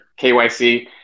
KYC